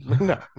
no